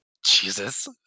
Jesus